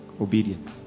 Obedience